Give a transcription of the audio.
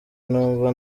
numva